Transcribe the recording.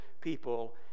people